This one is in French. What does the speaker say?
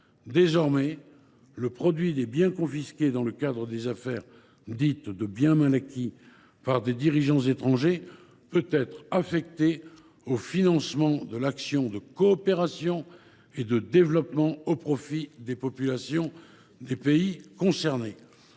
Désormais, le produit des biens confisqués dans le cadre des affaires dites de « biens mal acquis » par des dirigeants étrangers peut être affecté au financement de l’action de coopération et de développement, au profit des populations des pays concernés.